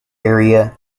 area